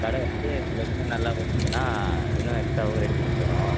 கடை வச்சு உங்களுக்கு இன்னும் நல்லா ஓடுச்சுன்னால் இன்னும் எக்ஸ்டாவும் ரெடி பண்ணித் தரோம்